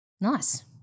Nice